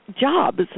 jobs